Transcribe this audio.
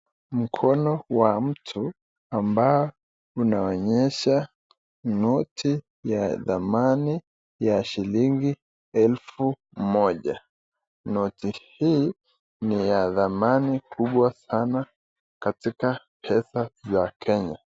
Mkono wa mtu ambao unaonyesha noti ya dhamani ya shilingi elfu moja. Noti hii ni ya dhamani kubwa sana katika pesa za Kenya.